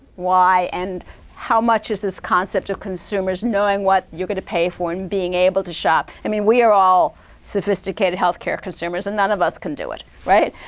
why? and how much is this concept of consumers knowing what you're going to pay and being able to shop. i mean, we are all sophisticated health care consumers, and none of us can do it, right?